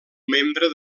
membre